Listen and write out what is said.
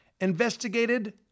investigated